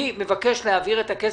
אני מבקש להעביר את הכסף.